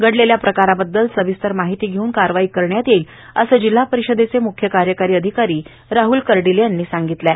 घडलेल्या प्रकाराबद्दल सविस्तर माहिती घेऊन कारवाई करण्यात येईल असे जिल्हा परिषदेचे मुख्य कार्यकारी अधिकारी राहल खर्डीले यांनी सांगितलं आहे